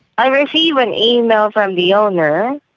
i received an email from the owner,